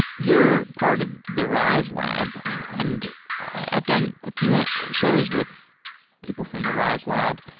you're part of the riselab, and i've done a few and shows with people from the riselab.